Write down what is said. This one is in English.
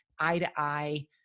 eye-to-eye